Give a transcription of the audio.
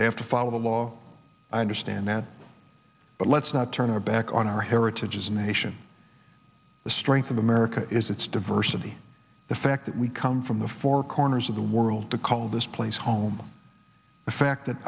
they have to follow the law i understand that but let's not turn our back on our heritage as a nation the strength of america is its diversity the fact that we come from the four corners of the world to call this place home the fact that